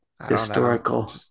historical